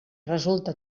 resulta